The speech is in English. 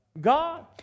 God